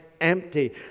empty